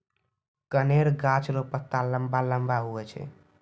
कनेर गाछ रो पत्ता लम्बा लम्बा हुवै छै